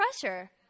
pressure